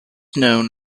known